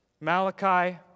Malachi